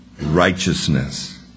righteousness